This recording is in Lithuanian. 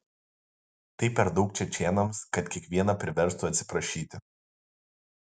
tai per daug čečėnams kad kiekvieną priverstų atsiprašyti